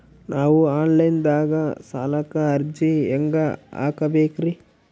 ನಾವು online ದಾಗ ಸಾಲಕ್ಕ ಅರ್ಜಿ ಹೆಂಗ ಹಾಕಬೇಕ್ರಿ?